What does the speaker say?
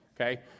okay